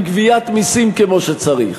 עם גביית מסים כמו שצריך,